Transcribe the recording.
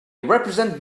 represent